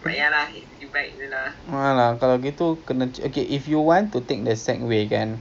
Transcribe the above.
tak eh sedap seh I've been to aspirasi